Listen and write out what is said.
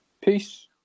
Peace